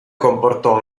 comportò